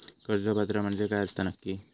कर्ज पात्र म्हणजे काय असता नक्की?